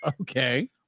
okay